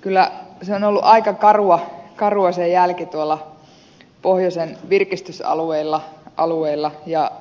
kyllä on ollut aika karua se jälki tuolla pohjoisen virkistysalueilla